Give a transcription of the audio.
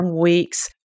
weeks